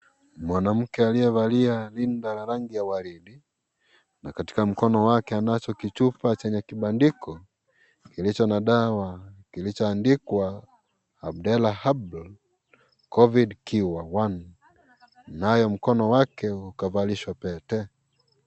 Mwanamke aliyevalia rinda la rangi ya waridi na katika mkono wake anacho kichupa chenye kibandiko kilicho na dawa kilichoandikwa Abdella Abdul Covid Cure 1 naye mkono wake ukavalishwa pete.